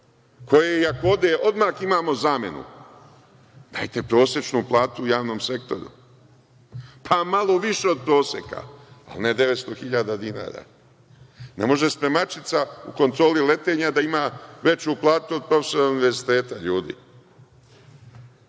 koje i ako ode odmah imamo zamenu, dajte prosečnu platu u javnom sektoru, pa malo više od proseka, ali ne 900.000 dinara. Ne može spremačica u Kontroli letenja da ima veću platu od profesora univerziteta, ljudi.